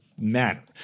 Matter